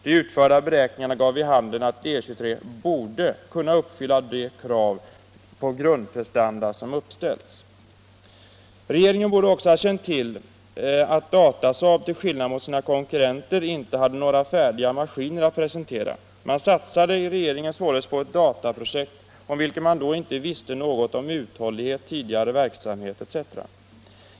”De utförda beräkningarna gav vid handen att D 23 borde kunna uppfylla de krav på grundprestanda som uppställts.” Regeringen borde också ha känt till att Datasaab till skillnad mot sin konkurrent inte hade några färdiga maskiner att presentera. Man satsade i regeringen således på ett dataprojekt, om vilket man då inte visste något om uthållighet, tidigare verksamhet etc.